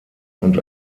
und